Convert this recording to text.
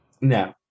No